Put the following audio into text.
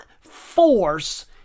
force